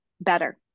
better